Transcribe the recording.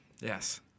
Yes